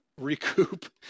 recoup